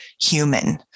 human